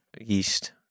yeast